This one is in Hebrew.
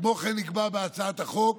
כמו כן, נקבע בהצעת החוק